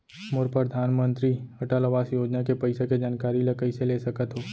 मोर परधानमंतरी अटल आवास योजना के पइसा के जानकारी ल कइसे ले सकत हो?